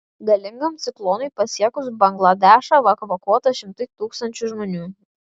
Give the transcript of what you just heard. galingam ciklonui pasiekus bangladešą evakuota šimtai tūkstančių žmonių